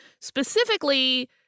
Specifically